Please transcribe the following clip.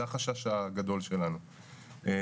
זה החשש הגדול שלנו.